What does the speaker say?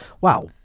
wow